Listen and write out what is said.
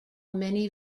many